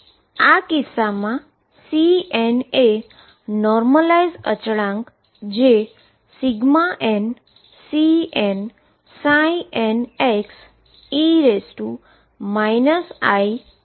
આ કિસ્સામાં માં Cn એ નોર્મલાઈઝ અચળાંક કે જે nCnnxe iEnt બરાબર છે